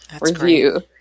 review